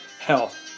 health